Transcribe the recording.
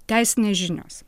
teisinės žinios